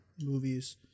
movies